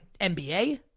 NBA